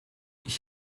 ich